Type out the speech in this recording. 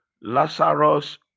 lazarus